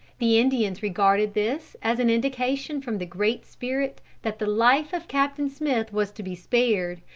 the indians regarded this as an indication from the great spirit that the life of captain smith was to be spared,